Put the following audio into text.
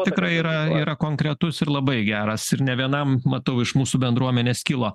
tikrai yra yra konkretus ir labai geras ir ne vienam matau iš mūsų bendruomenės kilo